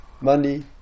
money